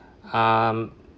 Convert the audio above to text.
um